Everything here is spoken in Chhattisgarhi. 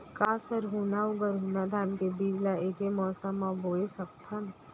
का हरहुना अऊ गरहुना धान के बीज ला ऐके मौसम मा बोए सकथन?